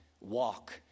walk